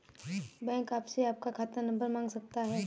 bank आपसे आपका खाता नंबर मांग सकता है